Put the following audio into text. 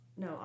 No